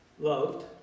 loved